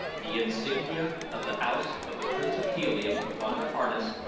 the insignia of the house of the prince of helium upon their harness,